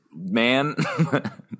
man